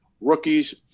rookies